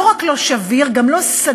לא רק לא שביר, גם לא סדיק,